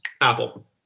Apple